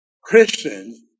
Christians